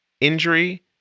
injury